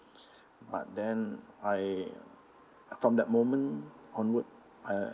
but then I from that moment onward I